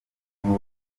n’uwo